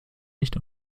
nicht